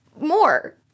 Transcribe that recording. more